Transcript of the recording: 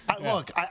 Look